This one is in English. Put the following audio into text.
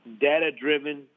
data-driven